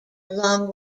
along